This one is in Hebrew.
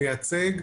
מייצג,